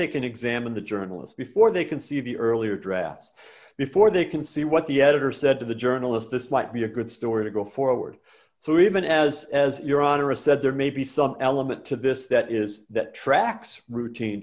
they can examine the journalists before they can see the earlier drafts before they can see what the editor said to the journalist this might be a good story to go forward so even as as your honor a said there may be some element to this that is that tracks routine